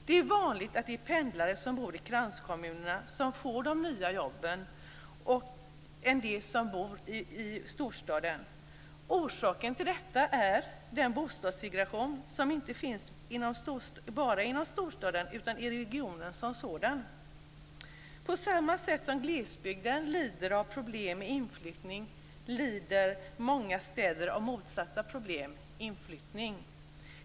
Det är vanligare att det är pendlare som bor i kranskommunerna som får de nya jobben än de som bor i storstaden. Orsaken till detta är den bostadssegregation som inte finns bara inom storstaden utan också inom regionen som sådan. På samma sätt som glesbygden lider av problem med utflyttning lider många städer av motsatta problem - inflyttning.